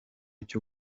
cyo